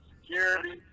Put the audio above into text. security